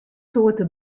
soarte